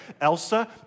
Elsa